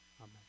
Amen